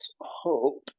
hope